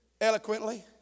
eloquently